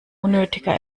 unnötiger